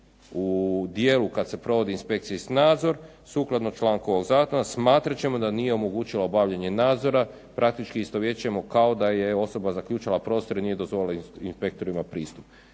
u dijelu kad se provodi inspekcijski nadzor sukladno članku ovog zakona smatram ćemo da nije omogućila obavljanje nadzora. Praktički istovjećujemo kao da je osoba zaključala prostor i nije dozvolila inspektorima pristup.